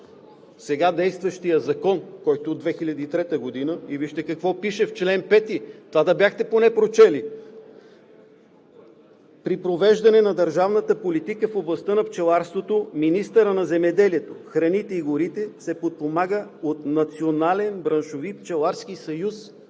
сега действащия закон, който е от 2003 г., и вижте какво пише в чл. 5 – да бяхте поне това прочели! „Чл. 5. (1) При провеждане на държавната политика в областта на пчеларството министърът на земеделието, храните и горите се подпомага от национален браншови пчеларски съюз.“